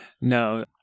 No